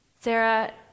Sarah